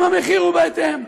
גם המחיר הוא בהתאם,